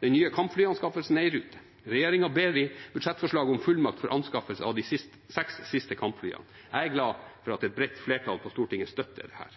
Den nye kampflyanskaffelsen er i rute. Regjeringen ber i budsjettforslaget om fullmakt for anskaffelse av de siste seks kampflyene. Jeg er glad for at et bredt flertall på Stortinget støtter dette.